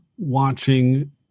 watching